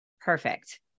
Perfect